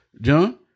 John